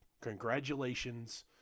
congratulations